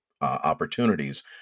opportunities